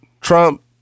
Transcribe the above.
Trump